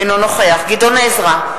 אינו נוכח גדעון עזרא,